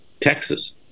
Texas